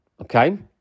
Okay